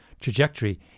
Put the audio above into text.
trajectory